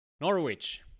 Norwich